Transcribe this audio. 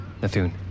Nathun